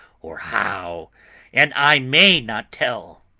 or how and i may not tell.